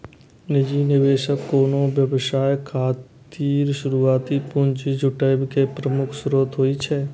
निजी निवेशक कोनो व्यवसाय खातिर शुरुआती पूंजी जुटाबै के प्रमुख स्रोत होइ छै